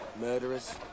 murderers